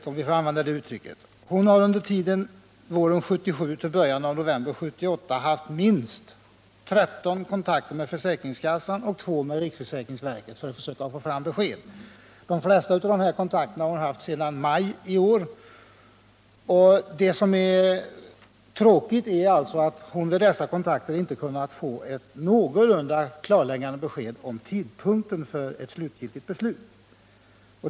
Hon har under tiden våren 1977 till början av november 1978 haft minst 13 kontakter med försäkringskassan och två med riksförsäkringsverket för att försöka få fram besked. De flesta av dessa har hon haft sedan maj i år. Det som är tråkigt är att hon vid dessa kontakter inte kunnat få ett någorlunda klarläggande besked om tidpunkten för det slutgiltiga avgörandet.